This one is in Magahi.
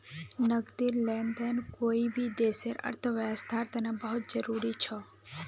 नकदी लेन देन कोई भी देशर अर्थव्यवस्थार तने बहुत जरूरी छ